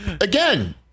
again